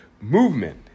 Movement